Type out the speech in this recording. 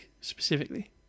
specifically